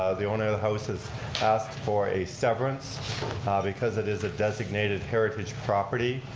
ah the owner of the house has asked for a severance ah because it is a designated heritage property.